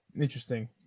Interesting